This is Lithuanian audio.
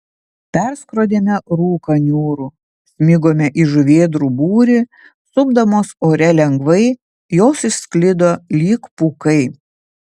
perskrodėme rūką niūrų smigome į žuvėdrų būrį supdamos ore lengvai jos išsklido lyg pūkai